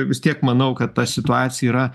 vis tiek manau kad ta situacija yra